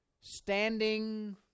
Standing